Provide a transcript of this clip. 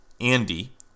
Andy